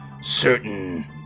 certain